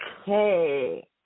Okay